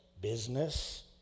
business